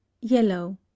yellow